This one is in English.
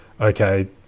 okay